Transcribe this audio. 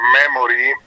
memory